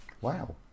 Wow